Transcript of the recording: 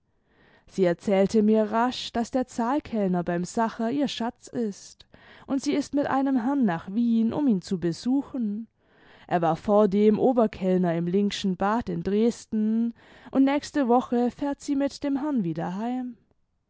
sie erzählte mir rasch daß der zahlkellner beim sacher ihr schatz ist und sie ist mit einem herrn nach wien um ihn zu besuchen er war vordem oberkellner im linkschen bad in dresden und nächste woche fährt sie mit dem herrn wieder heim